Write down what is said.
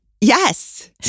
Yes